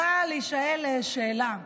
צריכה להישאל שאלה.